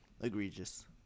egregious